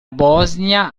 bosnia